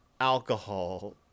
alcohol